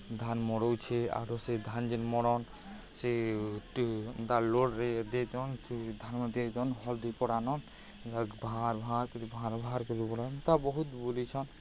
ଧାନ୍ ମଡ଼ଉଛେ ଆରୁ ସେ ଧାନ୍ ଯେନ୍ ମଡ଼ନ୍ ସେ ତା ଲୋଡ଼୍ରେ ଦେଇଦିଅନ୍ ଧାନ୍ ଦେଇଚନ୍ ହଲ୍ ଦୁଇ ପଟ୍ ଆନନ୍ ଭାଁର୍ ଭାଁର୍ କରି ଭାଁର୍ ଭାଁର୍ କରି ଏନ୍ତା ବହୁତ୍ ବୁଲିଛନ୍